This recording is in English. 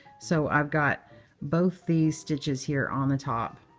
so i've got both these stitches here on the top.